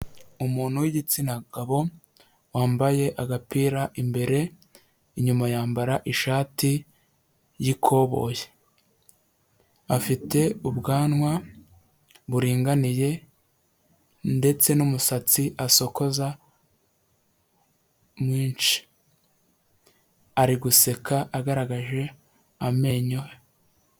Umuntu w'igitsina gabo wambaye agapira imbere, inyuma yambara ishati y'ikoboyi, afite ubwanwa buringaniye ndetse n'umusatsi asokoza mwinshi, ari guseka agaragaje amenyo.